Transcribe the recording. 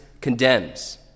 condemns